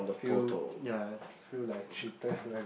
feel ya feel like cheated like that